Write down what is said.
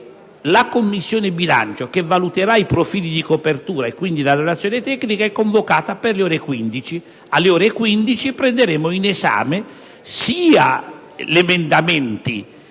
La Commissione bilancio, che valuterà i profili di copertura e quindi la stessa relazione tecnica, è convocata per le ore 15. Alle ore 15 prenderemo in esame sia gli emendamenti